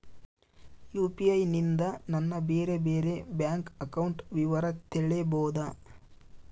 UPI ನಿಂದ ನನ್ನ ಬೇರೆ ಬೇರೆ ಬ್ಯಾಂಕ್ ಅಕೌಂಟ್ ವಿವರ ತಿಳೇಬೋದ?